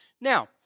Now